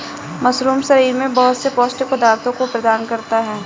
mushroom शरीर में बहुत से पौष्टिक पदार्थों को प्रदान करता है